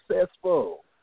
successful